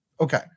Okay